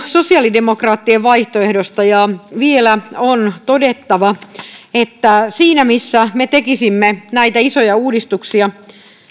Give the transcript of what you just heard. sosiaalidemokraattien vaihtoehdosta ja vielä on todettava että siinä missä me tekisimme näitä isoja uudistuksia